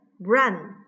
run